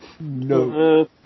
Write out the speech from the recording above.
No